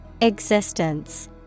Existence